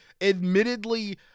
admittedly